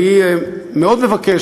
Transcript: אני מאוד מבקש,